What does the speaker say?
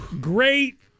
Great